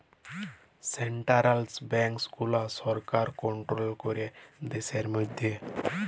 central banks গুলা সরকার control ক্যরে দ্যাশের ম্যধে